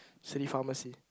city pharmacy